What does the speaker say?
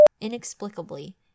inexplicably